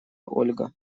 ольга